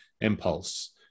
impulse